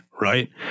right